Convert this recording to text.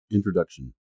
Introduction